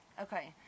Okay